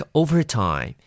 overtime